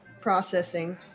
processing